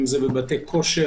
אם זה בחדרי כושר